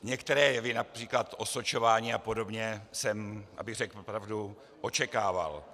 Některé jevy, např. osočování a podobně, jsem, abych řekl pravdu, očekával.